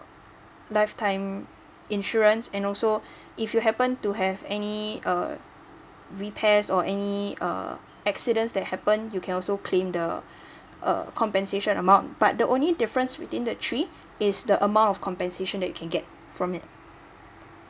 lifetime insurance and also if you happen to have any uh repairs or any uh accidents that happen you can also claim the uh compensation amount but the only difference between the three is the amount of compensation that you can get from it